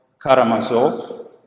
Karamazov